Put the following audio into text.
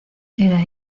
era